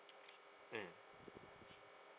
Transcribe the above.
mm